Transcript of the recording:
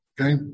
Okay